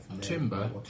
timber